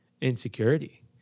insecurity